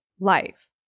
life